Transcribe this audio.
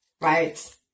right